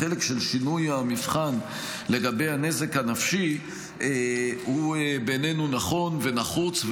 החלק של שינוי המבחן לגבי הנזק הנפשי הוא בעינינו נכון ונחוץ,